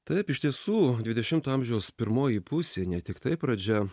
taip iš tiesų dvidešimto amžiaus pirmoji pusė ne tiktai pradžia